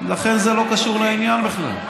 זה לא קשור לעניין בכלל,